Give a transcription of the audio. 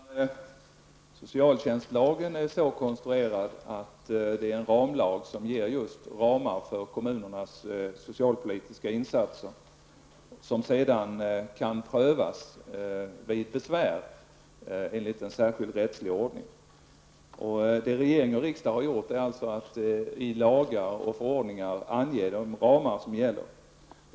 Herr talman! Socialtjänstlagen är konstruerad som en ramlag som just ger ramar för kommunernas socialpolitiska insatser, vilka sedan, enligt en särskild rättslig ordning, kan prövas vid besvär. Regering och riksdag har alltså i lagar och förordningar angett de ramar som gäller.